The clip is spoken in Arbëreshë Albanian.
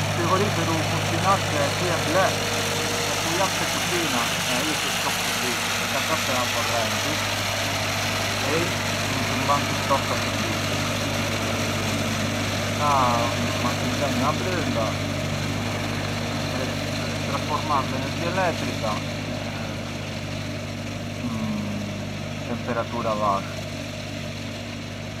U frigoriferu funcjonar se ti e ble e pujar te kuçina e ai të ftoh shurbiset, e takar te a correnti e ai të mban të ftohtë këta shurbise, ka un marchingegnu abrënda e trasformar l’energia elettrica in temperatura vashu.